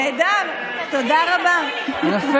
איזה שירות הם אמורים לתת כדי שיכניסו אותם.